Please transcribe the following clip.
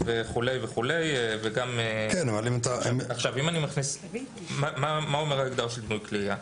עכשיו, מה אומרת ההגדרה של דמוי כלי ירייה?